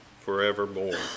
forevermore